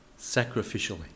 sacrificially